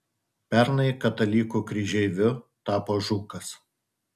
pernai katalikų kryžeiviu tapo žukas